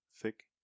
thick